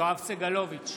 יואב סגלוביץ'